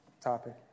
topic